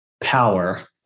power